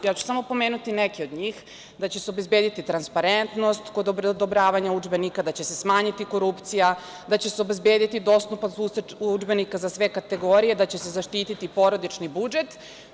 Ja ću samo pomenuti neke od njih, da će se obezbediti transparentnost kod odobravanja udžbenika, da će se smanjiti korupcija, da će se obezbediti dostupnost udžbenika za sve kategorije, da će se zaštititi porodični budžet.